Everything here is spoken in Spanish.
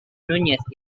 núñez